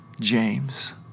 James